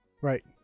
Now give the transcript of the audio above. right